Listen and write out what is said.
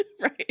right